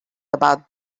about